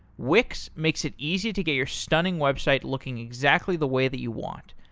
wix makes it easy to get your stunning website looking exactly the way that you want.